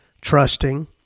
trusting